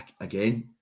again